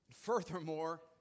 Furthermore